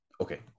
Okay